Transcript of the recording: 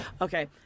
Okay